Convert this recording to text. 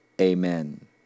Amen